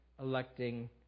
electing